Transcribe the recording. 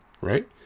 right